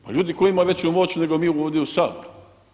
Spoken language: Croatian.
Pa ljudi tko ima veću moć nego mi ovdje u Saboru?